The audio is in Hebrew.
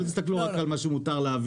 אל תסתכלו רק על מה שמותר להביא.